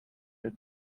her